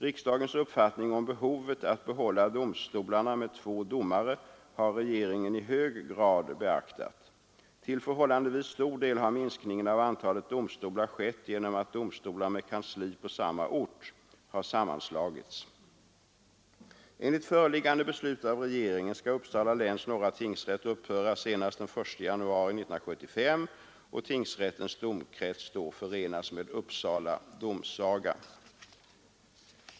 Riksdagens uppfattning om behovet att behålla domstolarna med två domare har regeringen i hög grad beaktat. Till förhållandevis stor del har minskningen av antalet domstolar skett genom att domstolar med kansli på samma ort har sammanslagits. Enligt föreliggande beslut av regeringen skall Uppsala läns norra tingsrätt upphöra senast den 1 januari 1975 och tingsrättens domkrets då förenas med Uppsala domsaga.